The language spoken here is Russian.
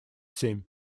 семь